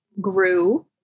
grew